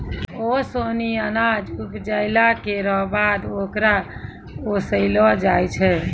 ओसौनी अनाज उपजाइला केरो बाद ओकरा ओसैलो जाय छै